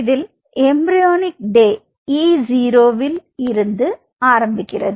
இதில் embryonic day E0 ஸிரோவில் இருந்து ஆரம்பிக்கிறது